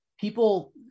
people